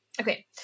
Okay